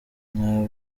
mwa